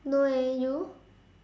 no eh you